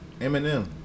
Eminem